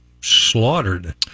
slaughtered